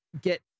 get